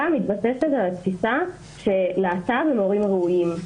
מתבססות על התפיסה שלהט"ב הם הורים ראויים.